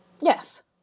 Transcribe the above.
Yes